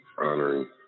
honoring